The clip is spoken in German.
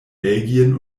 belgien